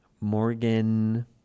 Morgan